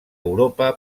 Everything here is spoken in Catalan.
europa